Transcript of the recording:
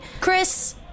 Chris